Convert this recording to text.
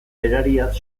berariaz